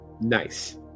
nice